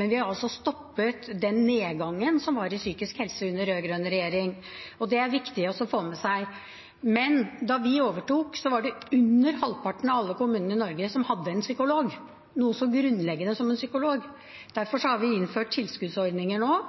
men vi har stoppet den nedgangen som var i psykisk helse under den rød-grønne regjeringen, og det er det viktig å få med seg. Men da vi overtok, var det under halvparten av alle kommunene i Norge som hadde en psykolog, noe så grunnleggende som en psykolog. Derfor har vi innført tilskuddsordninger nå,